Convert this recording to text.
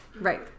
Right